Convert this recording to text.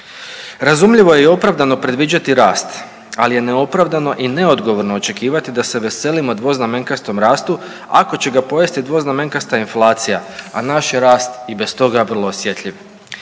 Razumljivo je i opravdano predviđati rast. Ali je neopravdano i neodgovorno očekivati da se veselimo dvoznamenkastom rastu ako će ga pojesti dvoznamenkasta inflacija, a naš je rast i bez toga vrlo osjetljiv